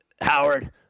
Howard